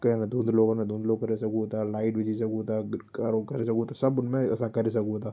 कंहिं अगरि धुंधलो करिणो आहे धुंधलो करे सघूं था लाइट विझी सघूं था कारो करे सघूं था सभु उन में असां करे सघूं था